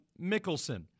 Mickelson